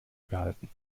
behalten